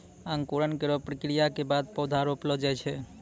अंकुरन केरो प्रक्रिया क बाद पौधा रोपलो जाय छै